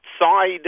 side